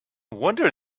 wonder